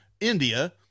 India